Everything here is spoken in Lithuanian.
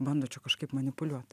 bando čia kažkaip manipuliuot